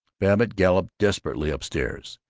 babbitt galloped desperately up-stairs.